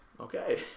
Okay